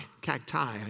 cacti